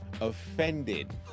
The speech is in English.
offended